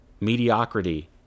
mediocrity